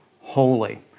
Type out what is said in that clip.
holy